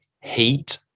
heat